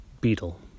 Beetle